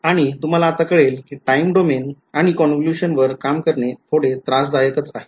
आणि तुम्हाला आता कळेल कि टाईम डोमेन आणि कॉनव्होल्यूशन वर काम करणे थोडे त्रासदायकच आहे